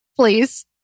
Please